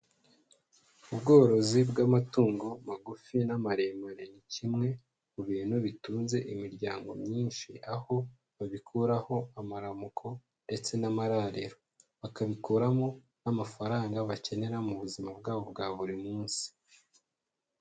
Ubworozi bw'amatungo magufi n'amaremare, ni kimwe mu bintu bitunze imiryango myinshi, aho babikuraho amaramuko ndetse n'amarariro, bakabikuramo n'amafaranga bakenera mu buzima bwabo bwa buri munsi.